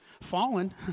fallen